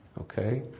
Okay